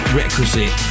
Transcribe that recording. requisite